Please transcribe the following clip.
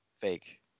fake